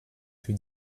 für